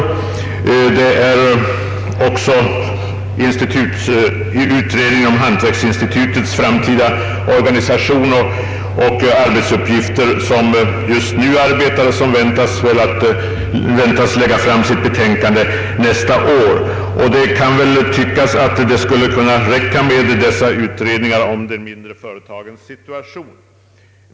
En utredning om hantverksinstitutets framtida organisation och arbetsuppgifter arbetar just nu och väntas lägga fram sitt betänkande nästa år. Det kan tyckas att det skulle kunna räcka med dessa utredningar om de mindre företagens situation.